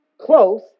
close